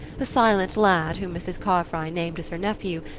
a silent lad whom mrs. carfry named as her nephew,